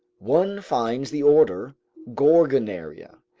one finds the order gorgonaria,